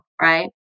right